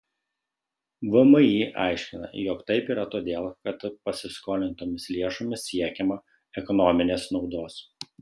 vmi aiškina jog taip yra todėl kad pasiskolintomis lėšomis siekiama ekonominės naudos